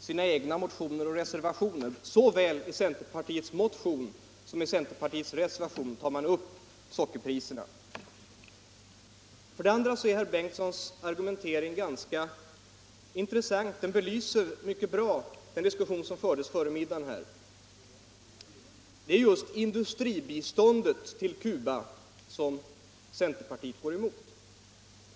sina egna motioner och reservationer. Såväl i centerpartiets motion som i centerpartiets reservation tar man upp sockerpriserna. För det andra är herr Bengtsons argumentering ganska intressant. Den belyser mycket bra den diskussion som fördes före middagspausen. Det är just industribiståndet till Cuba som centerpartiet går emot.